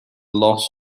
loss